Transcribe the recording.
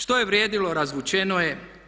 Što je vrijedilo razvučeno je.